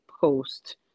post